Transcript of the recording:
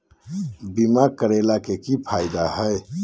बीमा करैला के की फायदा है?